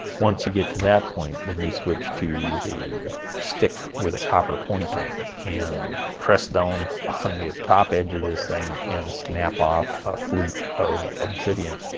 once you get to that point then you switch to a stick with a copper point on it and press down on the top edge of this thing and snap off a flute of obsidian.